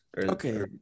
okay